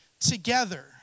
together